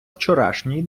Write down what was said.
вчорашній